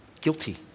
guilty